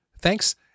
Thanks